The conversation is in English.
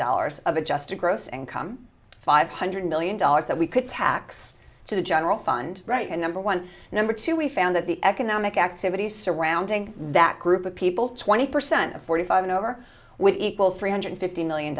dollars of adjusted gross income five hundred million dollars that we could tax to the general fund right in number one and number two we found that the economic activity surrounding that group of people twenty percent to forty five and over would equal three hundred fifty million